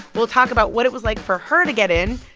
we'll talk about what it was like for her to get in.